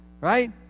right